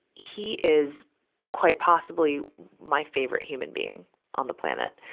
he is quite possibly my favorite human being on the planet.